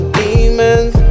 demons